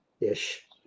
ish